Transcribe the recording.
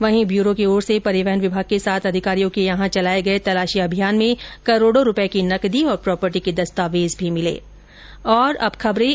वहीं ब्यूरो की ओर से परिवहन विभाग के सात अधिकारियों के यहां चलाये गये तलाशी अभियान में करोडो रूपये की नकदी और प्रोपर्टी के दस्तावेज भी मिले है